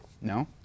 No